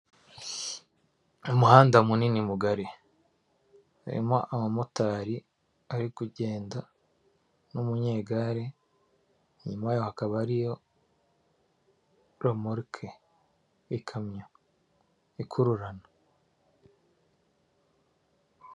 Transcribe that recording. Umuhanda munini mugari, harimo abamotari ari kugenda n'umunyegare, inyuma yaho hakaba hariyo romoruke ikamyo ikururana.